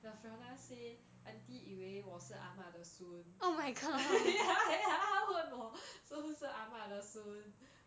the fiona say aunty 以为我是阿嬤的孙 她问我是不是阿嬤的孙